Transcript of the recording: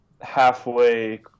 halfway